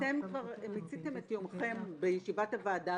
אתם כבר מיציתם את יומכם בישיבת הוועדה.